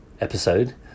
episode